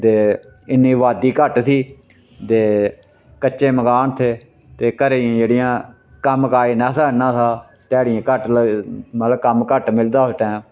ते इन्नी अबादी घट्ट थी ते कच्चे मकान थे ते घरै दियां जेह्ड़ियां कम्म काज नेंथा इन्ना था ध्याड़ियां घट्ट मतलब कम्म घट्ट मिलदा हा उस टैम